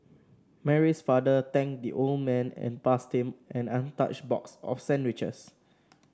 Mary's father thanked the old man and passed him an untouched box of sandwiches